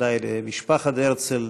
ודאי למשפחת הרצל,